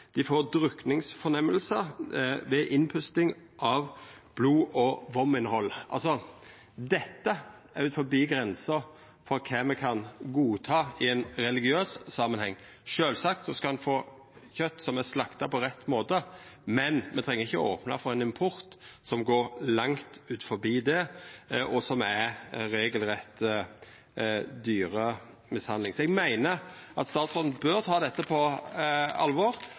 ved innpusting av blod og vominnhold». Dette ligg utanfor grensa for kva me kan godta i ein religiøs samanheng. Sjølvsagt skal ein få kjøt som er slakta på rett måte, men me treng ikkje opna for ein import som går langt utover det, og som er regelrett dyremishandling. Eg meiner at statsråden bør ta dette på alvor